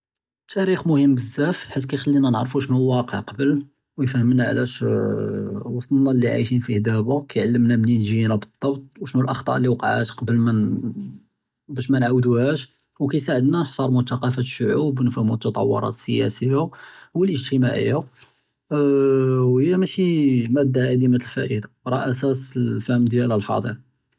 אֶלְתַּארִיך מֻהִימּ בְּזַאף בְּחֵית כּיִחַלִּינַא נַעְרֵף שְנוּ הוּא אֶלְוַاقֵע קַבְּל וּיְפְהֶםְנַא עְלַאש אה אה אה אה וְסְטְנַא לִי עַאיִשִין פִּיה דַאבַּא כּיַעְלְּמְנַא מִנֵין גִ'ינַא בֶּצְבַּاط וְשְנוּ אֶלְאַחְטָאוֹ לִי וְקַעָאת קַבְּל מִנֵּן בַּאש מַנְעַוְדוּהַאש וּכּיִסַעְדְנַא נְחְתַארְמוּ תַקַאפוּת אֶלשֻּׁעֻוב וּנְפְהְמוּ אֶתְתַּטּוּרַאת אֶסְסִיַאסִיַּה וּלְאִגְתִמַاعִיַּה אה אה אה אה וְהִיא מַשִּי מַדַּה עֲדִימַה אֶלְפַאאִידָה רַאה אַסָּאס אֶלְפַהְם דִיַאל אֶלְחַאֹדֶר.